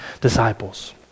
disciples